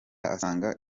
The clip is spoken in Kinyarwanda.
asanga